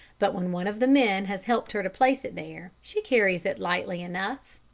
but when one of the men has helped her to place it there, she carries it lightly enough.